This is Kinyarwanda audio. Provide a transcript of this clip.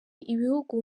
ibihugu